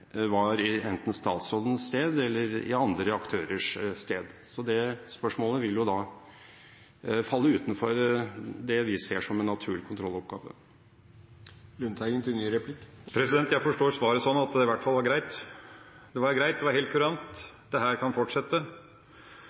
var i enten statsrådens sted eller andre aktørers sted. Det spørsmålet vil jo da falle utenfor det vi ser som en naturlig kontrolloppgave. Jeg forstår svaret sånn at det i hvert fall var greit – det var greit, det var helt kurant, dette kan fortsette.